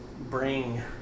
bring